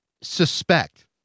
suspect